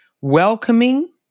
welcoming